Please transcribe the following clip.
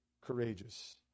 courageous